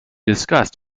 discussed